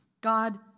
God